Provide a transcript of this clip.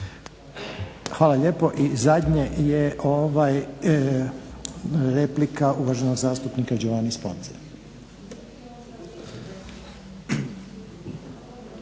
Hvala lijepo. I zadnje je replika uvaženog zastupnika Giovanni Sponze.